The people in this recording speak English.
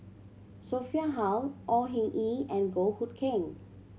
Sophia Hull Au Hing Yee and Goh Hood Keng